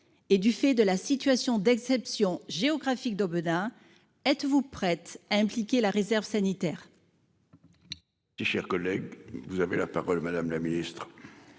et du fait de la situation d'exception géographique d'Aubenas. Êtes-vous prête impliquer la réserve sanitaire. Si cher collègue, vous avez la parole. Madame la ministre.